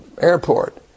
airport